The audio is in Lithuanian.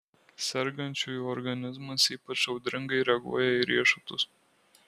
sergančiųjų organizmas ypač audringai reaguoja į riešutus